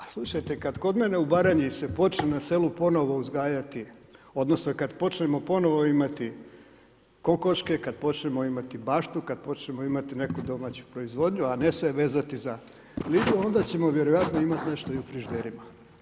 A slušajte, kada kod mene u Baranji se počne na selu ponovo uzgajati, odnosno, kad počnemo ponovo imati kokoške, kad počnemo imati baštu, kad počnemo imati neku domaću proizvodnju, a ne se vezati za Lidl, onda ćemo vjerojatno imati nešto i u frižiderima.